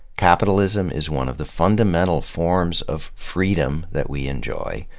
capitalism is one of the fundamental forms of freedom that we enjoy,